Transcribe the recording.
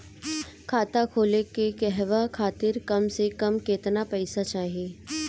खाता खोले के कहवा खातिर कम से कम केतना पइसा चाहीं?